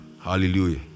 Hallelujah